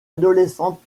adolescente